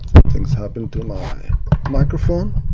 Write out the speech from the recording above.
somethings happened to my microphone